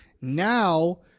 Now